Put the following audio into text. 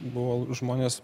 buvo žmonės